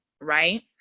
Right